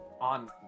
On